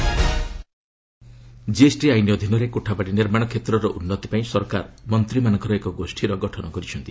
GoM real estate GST ଆଇନ ଅଧୀନରେ କୋଠାବାଡ଼ି ନିର୍ମାଣ କ୍ଷେତ୍ରର ଉନ୍ନତି ପାଇଁ ସରକାର ମନ୍ତ୍ରୀମାନଙ୍କର ଏକ ଗୋଷ୍ଠୀର ଗଠନ କରିଛନ୍ତି